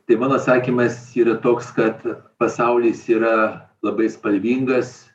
tai mano atsakymas yra toks kad pasaulis yra labai spalvingas